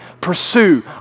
Pursue